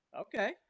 Okay